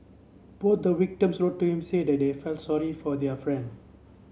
both the victims also wrote to him to say that they felt sorry for their friend